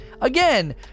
again